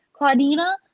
Claudina